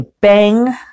bang